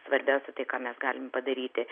svarbiausia tai ką mes galim padaryti